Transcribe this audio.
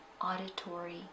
auditory